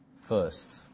first